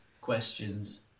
questions